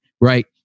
Right